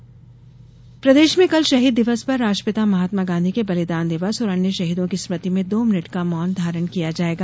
शहीद दिवस प्रदेश में कल शहीद दिवस पर राष्ट्रपिता महात्मा गाँधी के बलिदान दिवस और अन्य शहीदों की स्मृति में दो मिनिट का मौन धारण किया जायेगा